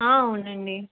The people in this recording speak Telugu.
అవునండి